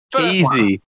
Easy